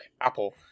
Apple